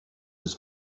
its